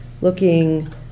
looking